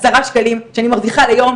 עשרה שקלים שאני מרוויחה ליום,